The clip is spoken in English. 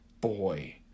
boy